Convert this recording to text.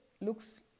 looks